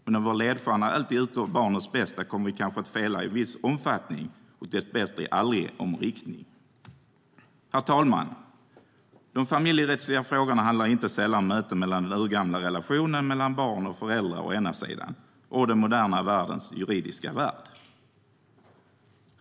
Men om vår ledstjärna alltid utgörs av barnens bästa kommer vi kanske att fela i viss omfattning - och dess bättre aldrig om riktning. Herr talman! De familjerättsliga frågorna handlar inte sällan om mötet mellan å ena sidan den urgamla relationen mellan barn och föräldrar och å andra sidan den moderna juridiska världen.